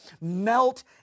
Melt